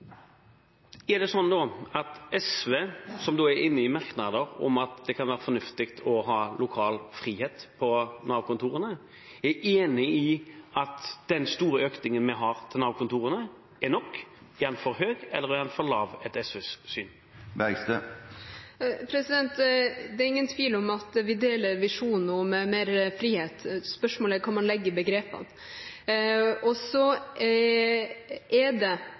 Er det da sånn at SV, som er med på merknader om at det kan være fornuftig å ha lokal frihet på Nav-kontorene, er enig i at den store økningen vi har til Nav-kontorene, er nok? Er den for høy, eller er den for lav etter SVs syn? Det er ingen tvil om at vi deler visjonen om mer frihet. Spørsmålet er hva man legger i begrepene. Det er